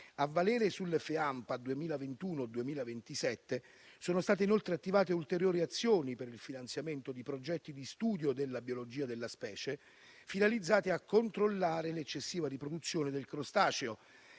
A valere sul FEAMPA 2021-2027, sono state inoltre attivate ulteriori azioni per il finanziamento di progetti di studio della biologia della specie, finalizzati a controllare l'eccessiva riproduzione del crostaceo